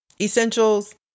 essentials